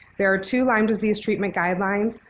there are two lyme disease treatment guidelines,